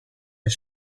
its